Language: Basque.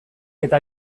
eta